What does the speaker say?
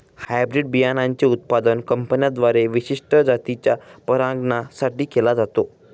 hybrid बियाणांचे उत्पादन कंपन्यांद्वारे विशिष्ट जातीच्या परागकणां साठी केले जाते